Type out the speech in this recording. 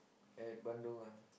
at Bandung ah